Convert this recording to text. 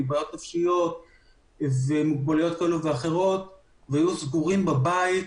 בעיות נפשיות ומוגבלויות כאלה ואחרות והיו סגורים בבית,